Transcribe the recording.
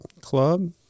Club